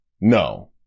No